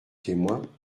témoin